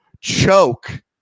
choke